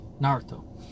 Naruto